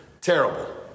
Terrible